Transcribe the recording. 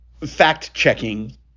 fact-checking